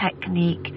technique